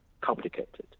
complicated